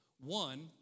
One